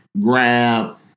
grab